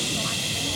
ששש.